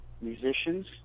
musicians